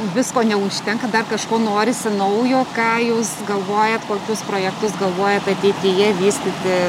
visko neužtenka dar kažko norisi naujo ką jūs galvojat kokius projektus galvojat ateityje vystyti